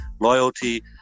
loyalty